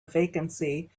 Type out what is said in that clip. vacancy